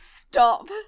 Stop